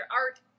art